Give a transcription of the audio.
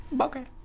Okay